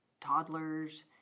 toddlers